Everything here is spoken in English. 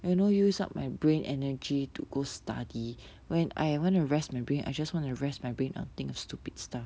you know use up my brain energy to go study when I ever wanna rest my brain I just wanna rest my brain or think stupid stuff